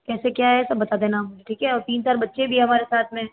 कैसे क्या है सब बता देना आप मुझे ठीक है और तीन चार बच्चे भी हैं हमारे साथ में